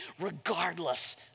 regardless